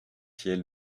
ciel